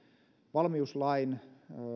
valmiuslain